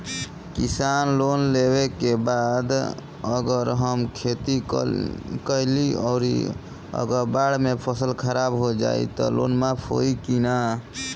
किसान लोन लेबे के बाद अगर हम खेती कैलि अउर अगर बाढ़ मे फसल खराब हो जाई त लोन माफ होई कि न?